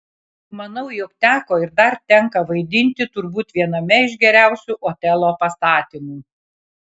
manau jog teko ir dar tenka vaidinti turbūt viename iš geriausių otelo pastatymų